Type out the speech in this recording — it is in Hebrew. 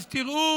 אז תראו